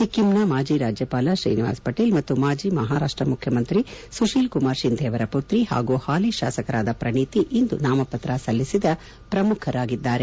ಸಿಕ್ಕಿಂನ ಮಾಜಿ ರಾಜ್ಯಪಾಲ ಶ್ರೀನಿವಾಸ ಪಾಟೀಲ್ ಮತ್ತು ಮಾಜಿ ಮಹಾರಾಪ್ಷ ಮುಖ್ಯಮಂತ್ರಿ ಸುತೀಲ್ ಕುಮಾರ್ ಶಿಂಧೆ ಅವರ ಪುತ್ರಿ ಹಾಗೂ ಹಾಲಿ ಶಾಸಕರಾದ ಶ್ರಣೀತಿ ಇಂದು ನಾಮಪತ್ರ ಸಲ್ಲಿಸಿದ ಪ್ರಮುಖರ ಪಟ್ಟಿಯಲ್ಲಿದ್ದಾರೆ